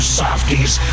softies